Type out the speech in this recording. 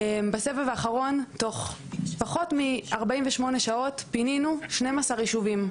בסבב האחרון תוך פחות מ-48 שעות פינינו 12 ישובים.